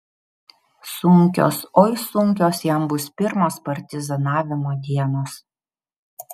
sunkios oi sunkios jam bus pirmos partizanavimo dienos